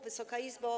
Wysoka Izbo!